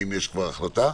האם יש כבר החלטה.